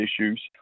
issues